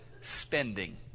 spending